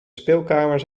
speelkamer